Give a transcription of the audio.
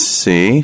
see